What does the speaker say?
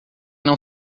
não